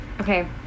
Okay